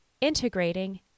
integrating